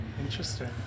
Interesting